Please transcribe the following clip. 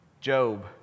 Job